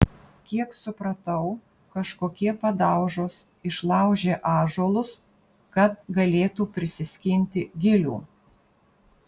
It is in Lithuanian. kiek supratau kažkokie padaužos išlaužė ąžuolus kad galėtų prisiskinti gilių